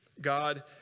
God